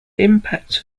impact